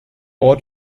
ort